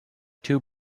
two